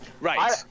Right